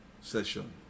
session